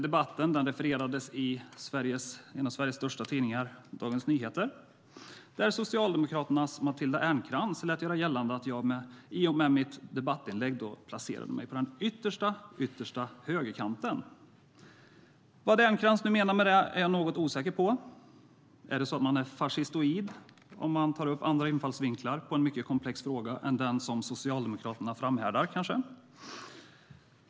Debatten refererades i en av Sveriges största tidningar, Dagens Nyheter, där Socialdemokraternas Matilda Ernkrans lät göra gällande att jag i och med mitt debattinlägg placerade mig på "yttersta, yttersta högerkanten". Vad Ernkrans nu menade med det är jag något osäker på. Är det kanske så att man är fascistoid om man tar upp andra infallsvinklar på en mycket komplex fråga än den som Socialdemokraterna framhärdar med?